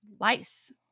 lice